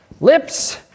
Lips